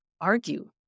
argue